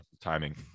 timing